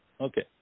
Okay